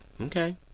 Okay